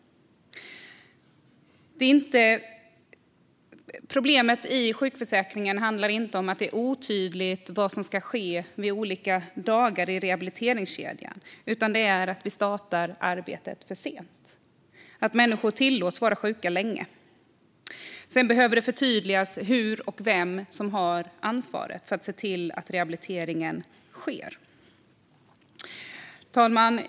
Problemet i sjukförsäkringen handlar inte om att det är otydligt vad som ska ske vid olika dagar i rehabiliteringskedjan, utan det är att vi startar arbetet för sent. Människor tillåts vara sjuka länge. Sedan behöver det förtydligas hur och vem som har ansvaret för att se till att rehabiliteringen sker. Fru talman!